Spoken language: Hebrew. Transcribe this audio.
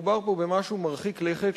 מדובר פה במשהו מרחיק לכת,